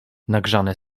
nagrzane